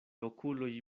okuloj